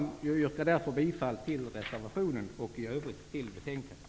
Jag yrkar därför bifall till reservationen och i övrigt till utskottets hemställan.